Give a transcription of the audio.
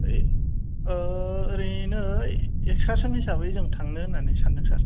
बे ओरैनो इसखासन हिसाबै जों थानो होननानै सानदों सार